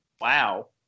Wow